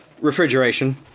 Refrigeration